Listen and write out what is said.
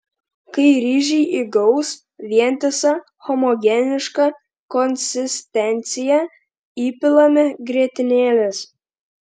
kai ryžiai įgaus vientisą homogenišką konsistenciją įpilame grietinėlės